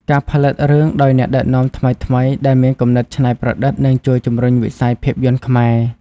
ការផលិតរឿងដោយអ្នកដឹកនាំថ្មីៗដែលមានគំនិតច្នៃប្រឌិតនឹងជួយជំរុញវិស័យភាពយន្តខ្មែរ។